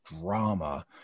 drama